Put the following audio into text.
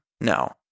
No